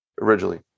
originally